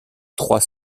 trois